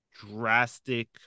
drastic